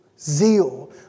zeal